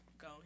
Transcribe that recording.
go